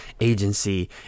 agency